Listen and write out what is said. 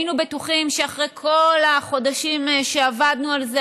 היינו בטוחים שאחרי כל החודשים שעבדנו על זה,